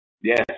yes